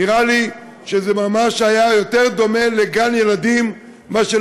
נראה לי שזה היה יותר דומה לגן ילדים מאשר